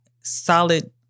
Solid